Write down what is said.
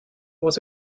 was